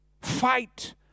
fight